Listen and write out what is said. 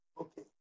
Okay